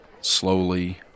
slowly